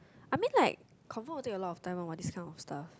I mean like confirm will take a lot of time one what this kind of stuff